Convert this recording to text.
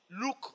look